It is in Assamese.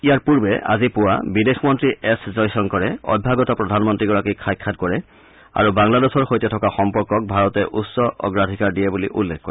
ইয়াৰ পূৰ্বে আজি পুৱা বিদেশ মন্ত্ৰী এছ জয়সংকৰে অভ্যাগত প্ৰধানমন্ত্ৰীগৰাকীক সাক্ষাৎ কৰে আৰু বাংলাদেশৰ সৈতে থকা সম্পৰ্কক ভাৰতে উচ্চ অগ্ৰাধিকাৰ দিয়ে বুলি উল্লেখ কৰে